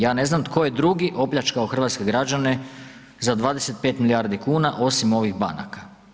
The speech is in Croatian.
Ja ne znam tko je drugi opljačkao hrvatske građane za 25 milijardi kuna osim ovih banaka?